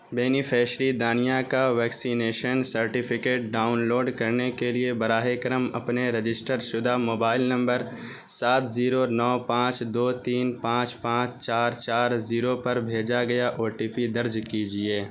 beneficiary دانیہ کا vaccination certificate download کرنے کے لیے براہ کرم اپنے رجسٹر شدہ موبائل نمبر سات زیرو نو پانچ دو تین پانچ پانچ چار چار زیرو پر بھیجا گیا او ٹی پی درج کیجیے